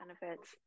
benefits